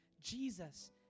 Jesus